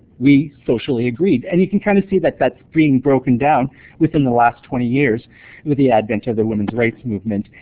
we socially agreed. and you can kind of see that that's been broken down within the last twenty years with the advent of the women's right movement,